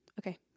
Okay